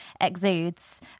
exudes